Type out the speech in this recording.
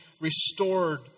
restored